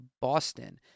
Boston